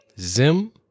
Zim